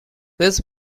this